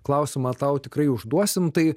klausimą tau tikrai užduosim tai